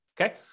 okay